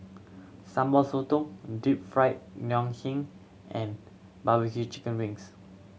Sambal Sotong Deep Fried Ngoh Hiang and barbecue chicken wings